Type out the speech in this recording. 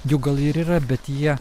jų gal ir yra bet jie